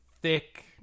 thick